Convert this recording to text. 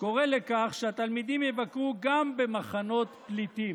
קורא לכך שהתלמידים יבקרו גם במחנות פליטים.